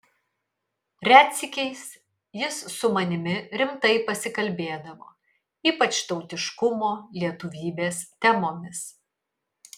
retsykiais jis su manimi rimtai pasikalbėdavo ypač tautiškumo lietuvybės temomis